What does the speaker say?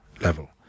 level